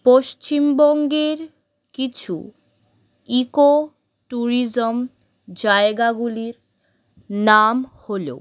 পশ্চিমবঙ্গের কিছু eco tourism জায়গাগুলির নাম হল